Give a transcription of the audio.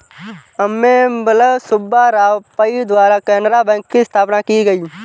अम्मेम्बल सुब्बा राव पई द्वारा केनरा बैंक की स्थापना की गयी